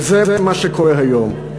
וזה מה שקורה היום.